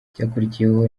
icyakurikiyeho